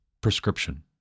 prescription